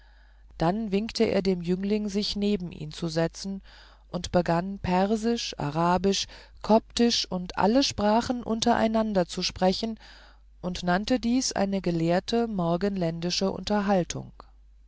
dann winkte er dem jüngling sich neben ihn zu setzen und begann persisch arabisch koptisch und alle sprachen untereinander zu sprechen und nannte dies eine gelehrte morgenländische unterhaltung